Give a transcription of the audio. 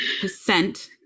percent